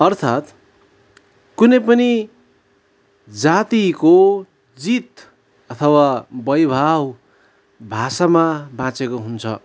अर्थात् कुनै पनि जातिको जित अथवा वैभाव भाषामा बाँचेको हुन्छ